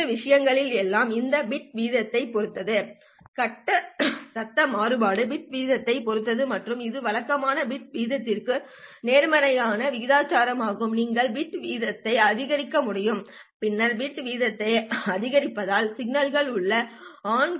மற்ற விஷயம் என்னவென்றால் இது பிட் வீதத்தைப் பொறுத்தது கட்ட சத்தம் மாறுபாடு பிட் வீதத்தைப் பொறுத்தது மற்றும் இது வழக்கமாக பிட் வீதத்திற்கு நேர்மாறான விகிதாசாரமாகும் நீங்கள் பிட் வீதத்தை அதிகரிக்க முடியாது பின்னர் பிட் வீதத்தை அதிகரிப்பதில் சிக்கல்கள் உள்ளன ஆன்